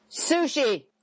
sushi